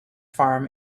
farm